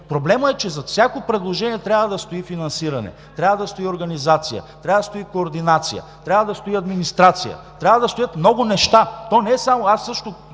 Проблемът е, че зад всяко предложение трябва да стои финансиране, трябва да стои организация, трябва да стои координация, трябва да стои администрация, трябва да стоят много неща.